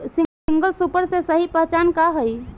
Single super के सही पहचान का हई?